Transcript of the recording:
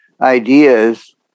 ideas